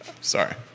Sorry